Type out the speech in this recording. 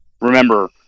Remember